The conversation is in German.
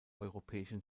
europäischen